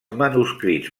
manuscrits